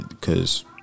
cause